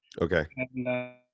okay